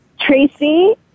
Tracy